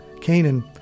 Canaan